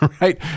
right